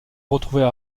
retrouver